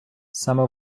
саме